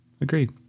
Agreed